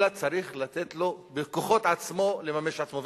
אלא צריך לתת לו בכוחות עצמו לממש את עצמו.